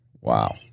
Wow